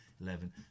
eleven